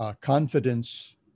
confidence